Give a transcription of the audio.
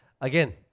Again